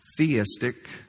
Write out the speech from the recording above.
Theistic